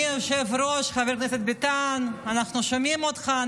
היושב-ראש, חבר הכנסת ביטן, אנחנו שומעים אותך.